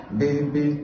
baby